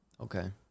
Okay